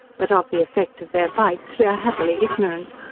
but of the effect of their bites we are happily ignorant.